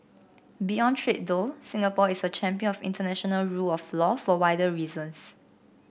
beyond trade though Singapore is a champion of international rule of law for wider reasons